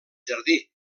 jardí